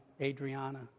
Adriana